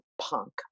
punk